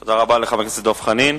תודה רבה לחבר הכנסת דב חנין.